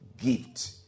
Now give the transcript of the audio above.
gift